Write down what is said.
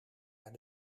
naar